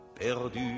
perdu